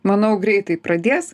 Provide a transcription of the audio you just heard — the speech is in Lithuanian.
manau greitai pradės